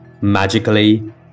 Magically